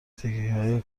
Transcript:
تکنیکهای